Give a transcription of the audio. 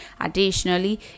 Additionally